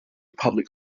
public